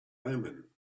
omen